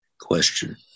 question